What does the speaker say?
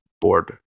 board